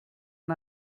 and